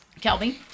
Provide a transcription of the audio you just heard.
Kelvin